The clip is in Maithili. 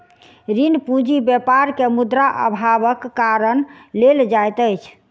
ऋण पूंजी व्यापार मे मुद्रा अभावक कारण लेल जाइत अछि